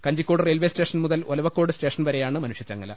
Kanjikode railway station മുതൽ Olavakkode station വരെയാണ് മനുഷ്യച്ചങ്ങല